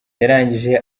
yarangije